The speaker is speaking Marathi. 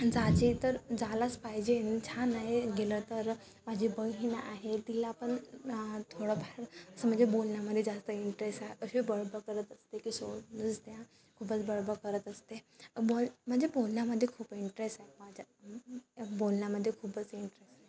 जाजे तर झालाच पाहिजे छान आहे गेलं तर माझी बहीण आहे तिला पण थोडंफार असं म्हणजे बोलण्यामध्ये जास्त इंटरेस्ट आहे अशे बडबड करत असते की सोनच द्या खूपच बडबड करत असते बोल म्हणजे बोलण्यामध्ये खूप इंटरेस्ट आहे माझ्या बोलण्यामध्ये खूपच इंटरेस्ट आहे